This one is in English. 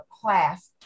class